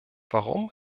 warum